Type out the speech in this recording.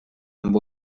amb